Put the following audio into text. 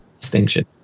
Distinction